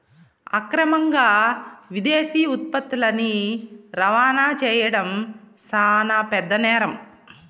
అక్రమంగా విదేశీ ఉత్పత్తులని రవాణా చేయడం శాన పెద్ద నేరం